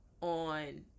on